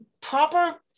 proper